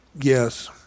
Yes